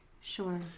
Sure